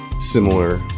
similar